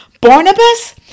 Barnabas